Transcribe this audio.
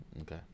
Okay